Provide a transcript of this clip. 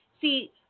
See